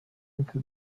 into